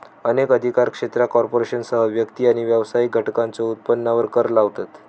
अनेक अधिकार क्षेत्रा कॉर्पोरेशनसह व्यक्ती आणि व्यावसायिक घटकांच्यो उत्पन्नावर कर लावतत